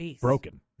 broken